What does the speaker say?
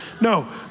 No